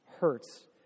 hurts